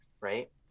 right